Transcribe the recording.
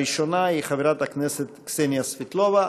הראשונה היא חברת הכנסת קסניה סבטלובה.